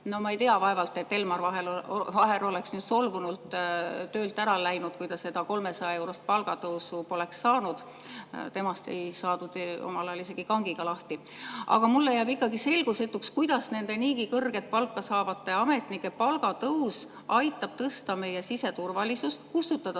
ma ei tea, vaevalt, et Elmar Vaher oleks solvunult töölt ära läinud, kui ta seda 300-eurost palgatõusu poleks saanud. Temast ei saadud omal ajal isegi kangiga lahti. Aga mulle jääb selgusetuks, kuidas nende niigi kõrget palka saavate ametnike palga tõus aitab parandada meie siseturvalisust, kustutada